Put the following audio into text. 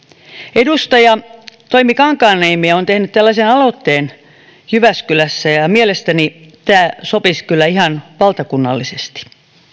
edustaja toimi kankaanniemi on tehnyt tällaisen aloitteen jyväskylässä ja ja mielestäni tämä sopisi kyllä ihan valtakunnallisesti